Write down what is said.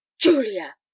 Julia